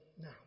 now